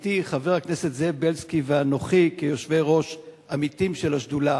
עמיתי חבר הכנסת זאב בילסקי ואנוכי כיושבי-ראש עמיתים של השדולה,